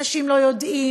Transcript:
אנשים לא יודעים,